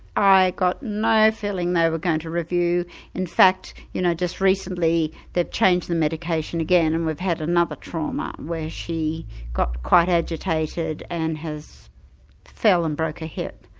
i got no feeling they were going to review in fact, you know just recently, they've changed the medication again and we've had another trauma where she got quite agitated and has fell and broken her hip.